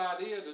idea